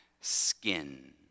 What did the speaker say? skin